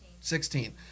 sixteen